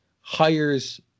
hires